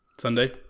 Sunday